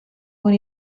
con